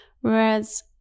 whereas